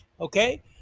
Okay